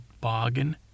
Bargain